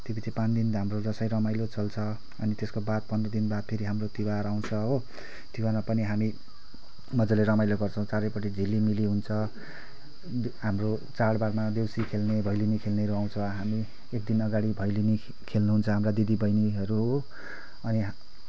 त्योपछि पाँच दिन त हाम्रो दसैँ रमाइलो चल्छ अनि त्यसको बाद पन्ध्र दिन बाद फेरि हाम्रो तिहार आउँछ हो तिहारमा पनि हामी मजाले रमाइलो गर्छौँ चारैपट्टि झिलिमिली हुन्छ हाम्रो चाडबाडमा देउसी खेल्ने भैलेनी खेल्नेहरू आउँछ हामी एक दिन अगाडि भैलेनी खेल्नुहुन्छ हाम्रा दिदी बहिनीहरू हो अनि हा